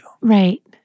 Right